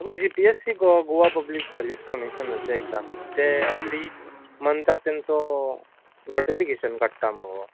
आगो G P S C गो Goa public service कमीशनाची एग्जामी ते एवरी मन्ताक तांचो नोटिफिकेशन काडटा मुगो